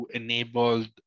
enabled